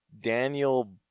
Daniel